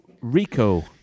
Rico